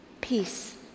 peace